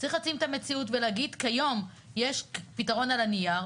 צריך להשים את המציאות ולהגיד: כיום יש פתרון על הנייר,